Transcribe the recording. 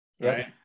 Right